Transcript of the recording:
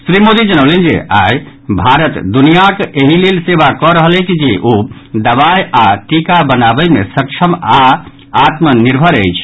श्री मोदी जनौलनि जे आई भारत दुनियाक एहि लेल सेवा कऽ रहल अछि जे ओ दवाई आओर टीका बनाबय मे सक्षम आओर आत्मनिर्भर अछि